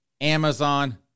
Amazon